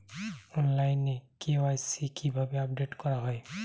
অনলাইনে কে.ওয়াই.সি কিভাবে আপডেট করা হয়?